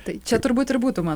tai čia turbūt ir būtų mano